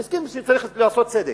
אני מסכים שצריך לעשות צדק.